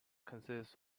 consists